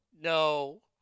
no